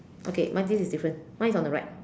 okay mine this is different mine is on the right